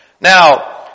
Now